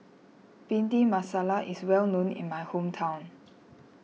Bhindi Masala is well known in my hometown